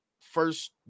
first